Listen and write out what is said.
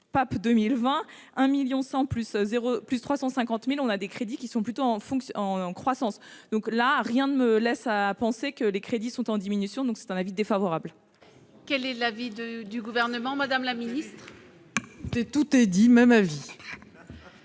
1000000 100 plus 0 plus de 350000 on a des crédits qui sont plutôt en fonction en croissance, donc là rien ne me laisse à penser que les crédits sont en diminution, donc c'est un avis défavorable. Quel est l'avis de du gouvernement, Madame la Ministre. Tout est dit, mais